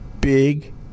big